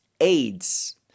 aids